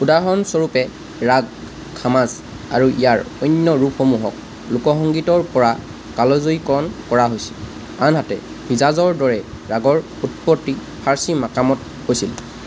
উদাহৰণস্বৰূপে ৰাগ খামাজ আৰু ইয়াৰ অন্য ৰূপসমূহক লোকসংগীতৰ পৰা কালজয়ীকৰণ কৰা হৈছে আনহাতে হিজাজৰ দৰে ৰাগৰ উৎপত্তি ফাৰ্চী মাকামত হৈছিল